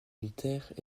militaires